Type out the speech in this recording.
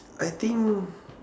I think